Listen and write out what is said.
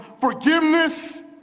forgiveness